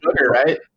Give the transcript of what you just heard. right